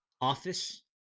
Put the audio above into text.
office